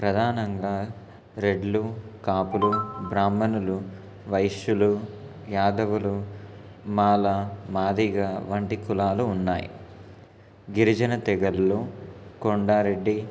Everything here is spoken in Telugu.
ప్రధానంగా రెడ్లు కాపులు బ్రాహ్మణులు వైశ్యులు యాదవులు మాల మాదిగ వంటి కులాలు ఉన్నాయి గిరిజన తెగలలో కొండారెడ్డి